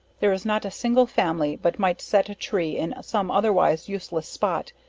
there is not a single family but might set a tree in some otherwise useless spot,